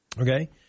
Okay